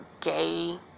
gay